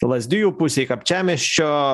lazdijų pusėj kapčiamiesčio